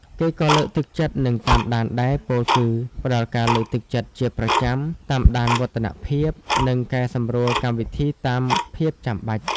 គេក៏លើកទឹកចិត្ត និងតាមដានដែរ ពោលគឺ ផ្ដល់ការលើកទឹកចិត្តជាប្រចាំ តាមដានវឌ្ឍនភាព និងកែសម្រួលកម្មវិធីតាមភាពចាំបាច់។